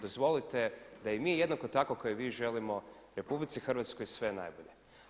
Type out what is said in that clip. Dozvolite da i mi jednako kao i vi želimo RH sve najbolje.